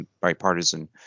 bipartisan